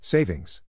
Savings